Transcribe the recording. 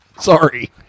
Sorry